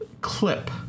clip